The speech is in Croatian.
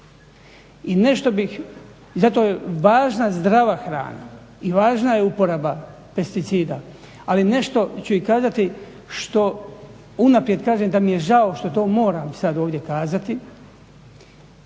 čovjeka i zato je važno zdrava hrana i važna je uporaba pesticida. Ali nešto ću i kazati što unaprijed kažem da mi je žao što to moram sad ovdje kazati.